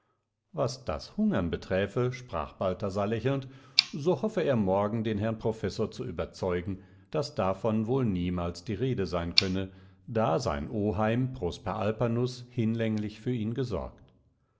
was das hungern beträfe sprach balthasar lächelnd so hoffe er morgen den herrn professor zu überzeugen daß davon wohl niemals die rede sein könne da sein oheim prosper alpanus hinlänglich für ihn gesorgt